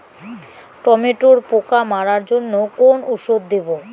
টমেটোর পোকা মারার জন্য কোন ওষুধ দেব?